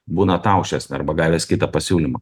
būna ataušęs arba gavęs kitą pasiūlymą